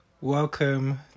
Welcome